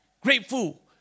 Grateful